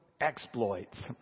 Exploits